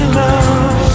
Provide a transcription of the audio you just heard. love